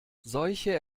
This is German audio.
solche